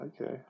Okay